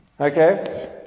Okay